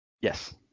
Yes